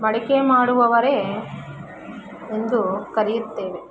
ಮಡಕೆ ಮಾಡುವವರೇ ಎಂದು ಕರೆಯುತ್ತೇವೆ